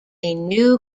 new